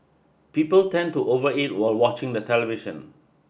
people tend to over eat while watching the television